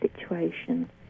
situation